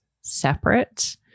separate